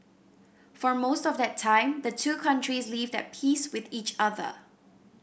for most of that time the two countries lived at peace with each other